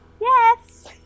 Yes